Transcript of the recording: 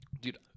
dude